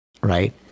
Right